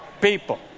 people